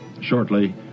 shortly